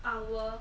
hour